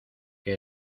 que